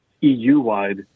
EU-wide